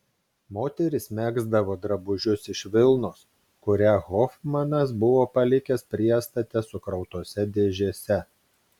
moterys megzdavo drabužius iš vilnos kurią hofmanas buvo palikęs priestate sukrautose dėžėse